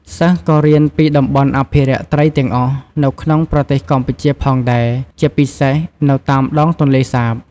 សិស្សក៏រៀនពីតំបន់អភិរក្សត្រីទាំងអស់នៅក្នុងប្រទេសកម្ពុជាផងដែរ ជាពិសេសនៅតាមដងទន្លេសាប។